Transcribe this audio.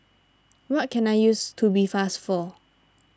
what can I use Tubifast for